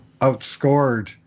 outscored